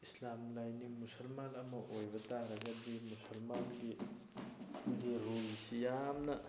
ꯏꯁꯂꯥꯝ ꯂꯥꯏꯅꯤꯡ ꯃꯨꯁꯜꯃꯥꯟ ꯑꯃ ꯑꯣꯏꯕ ꯇꯥꯔꯒꯗꯤ ꯃꯨꯁꯜꯃꯥꯟꯒꯤ ꯒꯤ ꯔꯨꯜꯁꯤ ꯌꯥꯝꯅ